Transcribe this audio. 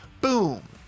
boom